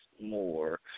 more